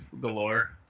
galore